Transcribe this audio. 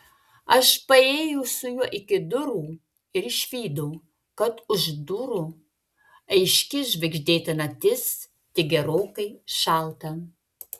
aš paėjėjau su juo iki durų ir išvydau kad už durų aiški žvaigždėta naktis tik gerokai šalta